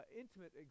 intimate